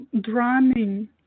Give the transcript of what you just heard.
drumming